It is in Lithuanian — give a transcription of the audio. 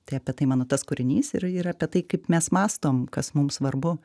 tai apie tai mano tas kūrinys ir ir apie tai kaip mes mąstom kas mums svarbu